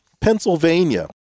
Pennsylvania